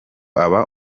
aba